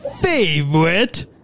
favorite